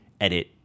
edit